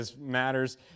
matters